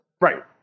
Right